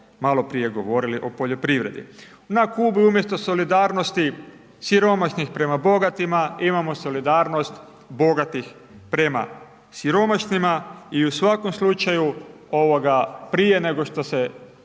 maloprije govorili o poljoprivredi. Na Kubi umjesto solidarnosti siromašnih prema bogatima imamo solidarnost bogatih prema siromašnima i u svakom slučaju ovoga prije nego što se